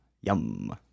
Yum